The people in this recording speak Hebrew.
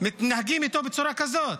מתנהגים איתו בצורה כזו?